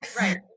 Right